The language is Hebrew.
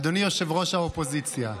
אדוני יושב-ראש האופוזיציה,